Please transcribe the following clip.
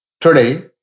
Today